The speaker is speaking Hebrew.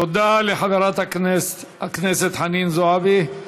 תודה לחברת הכנסת זועבי.